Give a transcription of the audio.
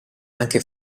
anche